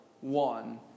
one